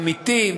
אמיתי,